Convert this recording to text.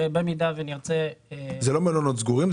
שבמידה ונרצה --- זה לא מלונות סגורים,